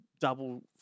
double